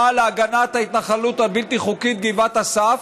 על הגנת ההתנחלות הבלתי-חוקית גבעת אסף.